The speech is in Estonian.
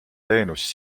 teenus